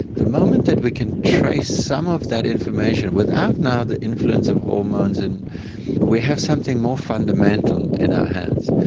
the moment that we can trace some of that information without now the influence of hormones, and we have something more fundamental in our hands.